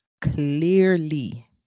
clearly